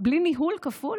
מימון כפול?